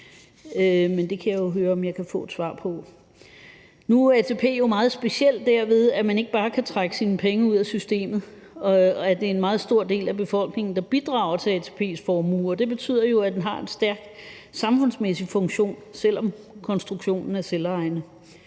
Men det kan jeg jo høre, om jeg kan få et svar på. Nu er ATP jo meget specielt, derved at man ikke bare kan trække sine penge ud af systemet, og at det er en meget stor del af befolkningen, der bidrager til ATP's formue, og det betyder, at den har en stærk samfundsmæssig funktion, selv om konstruktionen er sådan,